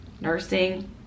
nursing